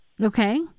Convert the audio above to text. Okay